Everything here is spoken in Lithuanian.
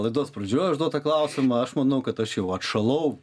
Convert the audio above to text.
laidos pradžioj užduotą klausimą aš manau kad aš jau atšalau